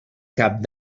cap